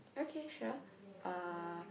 okay sure uh